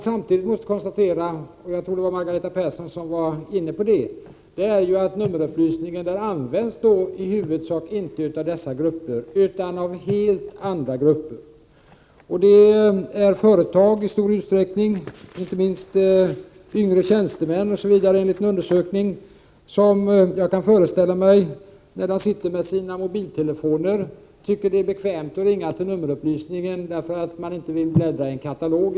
Samtidigt måste man konstatera — jag tror att det var Margareta Persson som var inne på det — att nummerupplysningen inte i huvudsak används av dessa grupper, utan av helt andra grupper. Det är istor utsträckning företag. Enligt en undersökning visade det sig vara främst yngre tjänstemän. Jag kan föreställa mig att när de sitter med sina mobiltelefoner tycker de att det är bekvämt att ringa till nummerupplysningeni stället för att bläddra i en katalog.